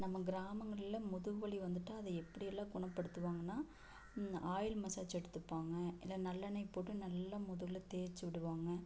நம்ம கிராமங்களில் முதுகு வலி வந்துட்டால் அதை எப்படியெல்லாம் குணப்படுத்துவாங்கனால் ஆயில் மசாஜ் எடுத்துப்பாங்க இல்லை நல்லெண்ணெயை போட்டு நல்லா முதுகில் தேய்ச்சு விடுவாங்க